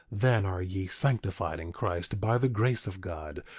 then are ye sanctified in christ by the grace of god,